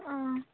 ᱚᱻ